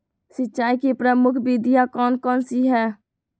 सिंचाई की प्रमुख विधियां कौन कौन सी है?